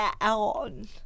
on